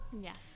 Yes